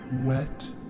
wet